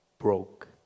broke